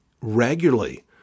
regularly